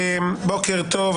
בוקר טוב.